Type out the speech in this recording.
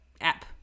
app